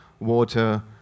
water